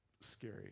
scary